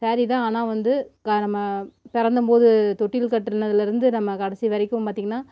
சேரீ தான் ஆனால் வந்து க நம்ம பிறந்தம் போது தொட்டில் கட்டுனதுலேருந்து நம்ம கடைசி வரைக்கும் பார்த்தீங்கன்னா